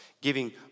giving